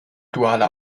duale